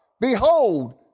behold